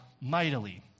mightily